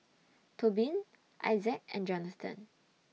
Tobin Issac and Jonathan